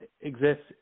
exists